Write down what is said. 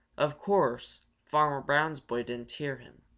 of course, farmer brown's boy didn't hear him.